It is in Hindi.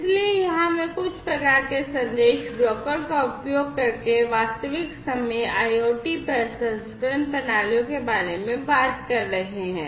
इसलिए यहां वे कुछ प्रकार के संदेश ब्रोकर का उपयोग करके वास्तविक समय IoT प्रसंस्करण प्रणालियों के बारे में बात कर रहे हैं